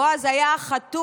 בועז היה החתול,